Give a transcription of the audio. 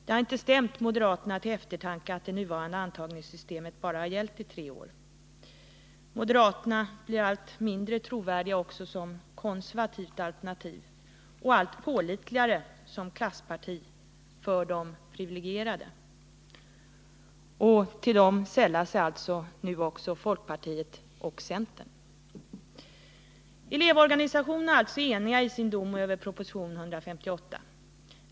Det har inte stämt moderaterna till eftertanke att det nuvarande antagningssystemet har gällt i bara tre år. Moderaterna blir allt mindre trovärdiga också som konservativt alternativ och allt pålitligare som klassparti för de privilegierade. Till moderaterna sällar sig alltså nu folkpartiet och centern. Elevorganisationerna är alltså eniga i sin dom över proposition 158.